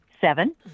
seven